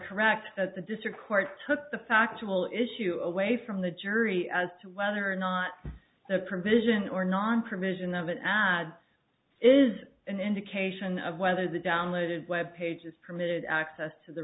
correct that the district court took the factor will issue away from the jury as to whether or not the provision or non provisional of an ad is an indication of whether the downloaded web pages permitted access to the